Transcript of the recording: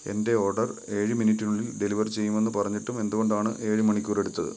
എന്റെ ഓർഡർ ഏഴ് മിനിറ്റിനുള്ളിൽ ഡെലിവർ ചെയ്യുമെന്ന് പറഞ്ഞിട്ടും എന്തുകൊണ്ടാണ് ഏഴ് മണിക്കൂർ എടുത്തത്